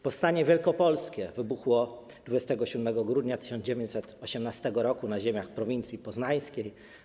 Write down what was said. Powstanie wielkopolskie wybuchło 27 grudnia 1918 r. na ziemiach Prowincji Poznańskiej.